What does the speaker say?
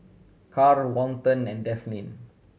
Karl Walton and Delphine